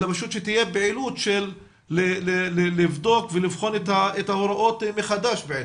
אלא פשוט שתהיה פעילות לבדוק ולבחון את ההוראות מחדש בעצם.